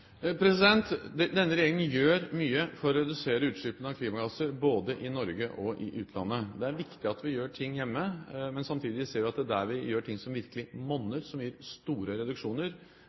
Denne regjeringen gjør mye for å redusere utslippene av klimagasser både i Norge og i utlandet. Det er viktig at vi gjør ting hjemme, men samtidig ser vi at det vi gjør som virkelig monner, som gir store reduksjoner,